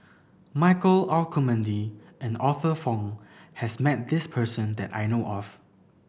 Michael Olcomendy and Arthur Fong has met this person that I know of